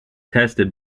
tested